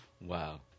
Wow